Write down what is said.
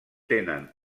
tenen